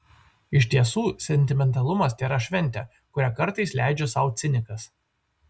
iš tiesų sentimentalumas tėra šventė kurią kartais leidžia sau cinikas